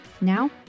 Now